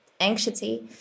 anxiety